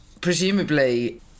presumably